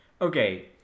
Okay